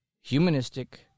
humanistic